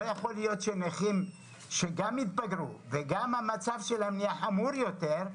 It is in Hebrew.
לא יכול להיות שנכים שגם התבגרו וגם המצב שלהם חמור יותר,